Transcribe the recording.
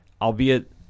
albeit